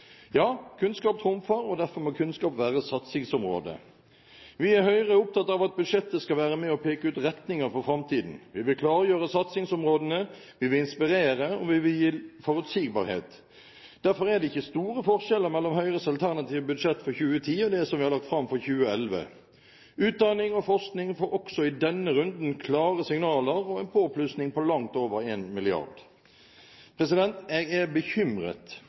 Ja, kunnskap trumfer, og derfor må kunnskap være satsingsområde. Vi i Høyre er opptatt av at budsjettet skal være med og peke ut retninger for framtiden. Vi vil klargjøre satsingsområdene, vi vil inspirere, og vi vil gi forutsigbarhet. Derfor er det ikke store forskjeller mellom Høyres alternative budsjett for 2010 og det som vi har lagt fram for 2011. Utdanning og forskning får også i denne runden klare signaler og en påplussing på langt over 1 mrd. kr. Jeg er bekymret.